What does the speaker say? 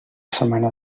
setmana